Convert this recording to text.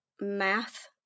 math